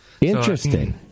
Interesting